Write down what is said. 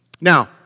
Now